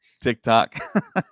TikTok